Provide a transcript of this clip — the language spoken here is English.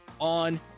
on